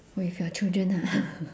with your children ah